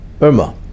Irma